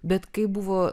bet kai buvo